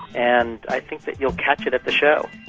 and i think that you'll catch it at the show.